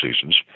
seasons